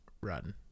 run